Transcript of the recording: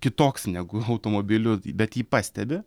kitoks negu automobilių bet jį pastebi